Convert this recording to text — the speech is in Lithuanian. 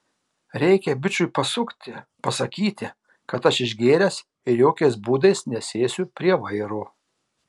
reikia bičui pasukti pasakyti kad aš išgėręs ir jokiais būdais nesėsiu prie vairo